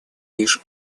лишь